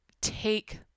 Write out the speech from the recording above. take